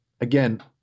Again